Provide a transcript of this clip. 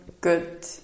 good